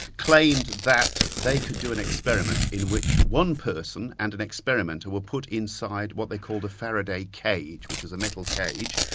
claimed that they could do an experiment in which one person and an experimenter were put inside what they called a faraday cage, which is a metal cage,